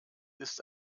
ist